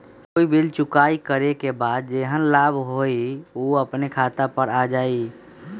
कोई बिल चुकाई करे के बाद जेहन लाभ होल उ अपने खाता पर आ जाई?